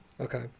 Okay